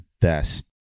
best